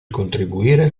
contribuire